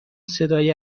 صدای